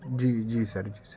جی جی سر جی سر